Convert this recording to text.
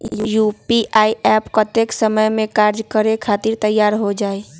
UPI app कतेइक समय मे कार्य करे खातीर तैयार हो जाई?